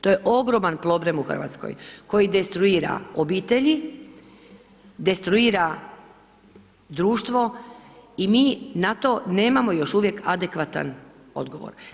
To je ogroman problem u Hrvatskoj koji destruira obitelji, destruira društvo i mi na to nemamo još uvijek adekvatan odgovor.